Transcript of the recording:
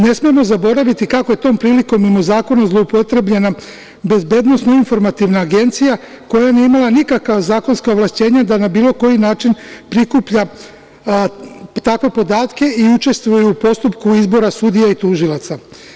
Ne smemo zaboraviti kako je tom prilikom mimo zakona zloupotrebljena BIA, koja nije imala nikakva zakonska ovlašćenja da na bilo koji način prikuplja takve podatke i učestvuje u postupku izbora sudija i tužilaca.